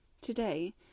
Today